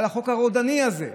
על החוק הרודני הזה.